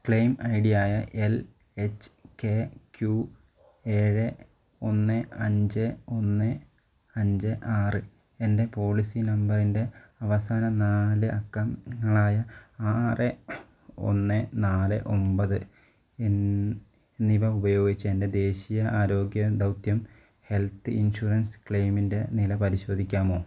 claim ഐഡിയായ L A Q ഏഴ് ഒന്ന് അഞ്ച് ഒന്ന് അഞ്ച് ആറ് എൻ്റെ പോളിസി നമ്പറിൻ്റെ അവസാന നാല് അക്കങ്ങളായ ആറ് ഒന്ന് നാല് ഒമ്പത് എന്നിവ ഉപയോഗിച്ചു എൻ്റെ ദേശീയ ആരോഗ്യ ദൗത്യം ഹെൽത്ത് ഇൻഷുറൻസ് ക്ലെയിമിൻ്റെ നില പരിശോധിക്കാമോ